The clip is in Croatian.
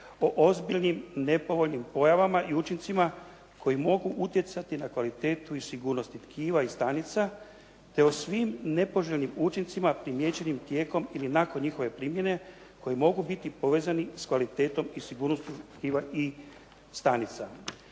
o ozbiljnim nepovoljnim pojavama i učincima koji mogu utjecati na kvalitetu i sigurnost tkiva i stanica te o svim nepoželjnim učincima primijećenim tijekom ili nakon njihove primjene koji mogu biti povezani s kvalitetom i sigurnosti tkiva i stanica.